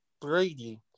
Brady